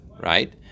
right